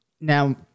Now